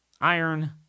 Iron